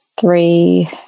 three